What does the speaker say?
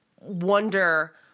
wonder